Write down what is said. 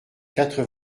quatre